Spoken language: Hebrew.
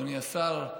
אדוני השר,